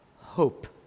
hope